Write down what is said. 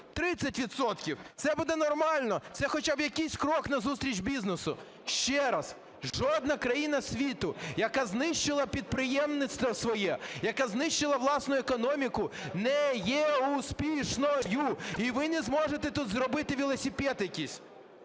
- це буде нормально, це хоча б якийсь крок назустріч бізнесу. Ще раз, жодна країна світу, яка знищила підприємництво своє, яка знищила власну економіку, не є успішною. І ви не зможете тут зробити велосипед якийсь.